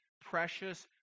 Precious